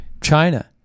China